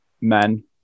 men